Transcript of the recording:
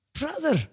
Brother